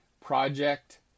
project